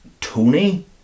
Tony